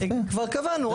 כבר קבענו,